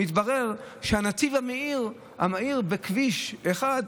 ומתברר שהנתיב המהיר בכביש 1,